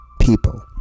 people